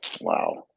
Wow